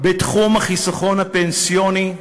בתחום החיסכון הפנסיוני,